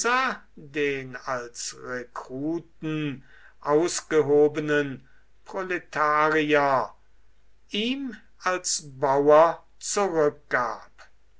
den als rekruten ausgehobenen proletarier ihm als bauer zurückgab